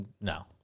no